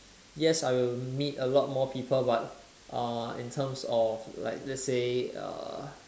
yes I will meet a lot more people but uh in terms of like let's say uh